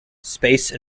space